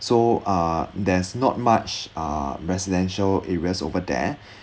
so uh there's not much uh residential areas over there